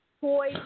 toy